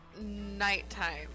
Nighttime